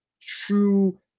true